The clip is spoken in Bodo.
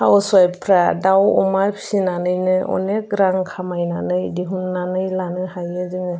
हाउसवाइफफोरा दाउ अमा फिसिनानैनो अनेक रां खामायनानै दिहुननानै लानो हायो जोङो